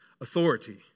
authority